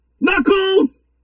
Knuckles